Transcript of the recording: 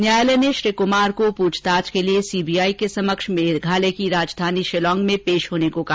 न्यायालय ने श्री कुमार को पूछताछ के लिए सीबीआई के समक्ष मेघालय की राजधानी शिलंग में पेश होने को कहा